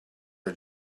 are